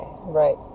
Right